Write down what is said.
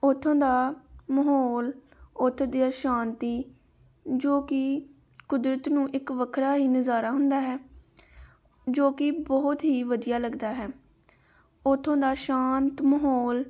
ਉੱਥੋਂ ਦਾ ਮਾਹੌਲ ਉੱਥੋਂ ਦੀਆਂ ਸ਼ਾਂਤੀ ਜੋ ਕਿ ਕੁਦਰਤ ਨੂੰ ਇੱਕ ਵੱਖਰਾ ਹੀ ਨਜ਼ਾਰਾ ਹੁੰਦਾ ਹੈ ਜੋ ਕਿ ਬਹੁਤ ਹੀ ਵਧੀਆ ਲੱਗਦਾ ਹੈ ਉੱਥੋਂ ਦਾ ਸ਼ਾਂਤ ਮਾਹੌਲ